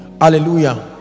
Hallelujah